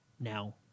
now